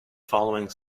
following